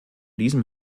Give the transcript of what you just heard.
diesem